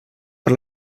per